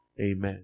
Amen